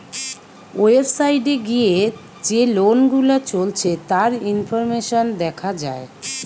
website এ গিয়ে যে লোন গুলা চলছে তার ইনফরমেশন দেখা যায়